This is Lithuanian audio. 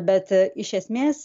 bet iš esmės